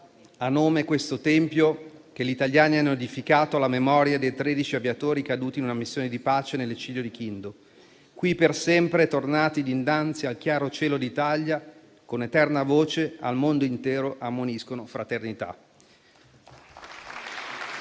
ha nome questo Tempio che gli italiani hanno edificato alla memoria dei tredici aviatori caduti in una missione di pace, nell'eccidio di Kindu, Congo 1962. Qui per sempre tornati dinnanzi al chiaro cielo d'Italia, con eterna voce al mondo intero ammoniscono fraternità.